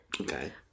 Okay